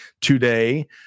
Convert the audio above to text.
today